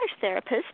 therapist